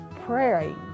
Praying